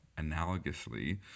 analogously